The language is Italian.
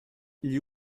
gli